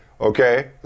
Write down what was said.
okay